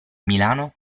milano